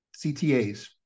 CTAs